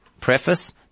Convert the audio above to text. preface